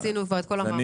עשינו את כל המאמצים.